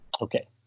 Okay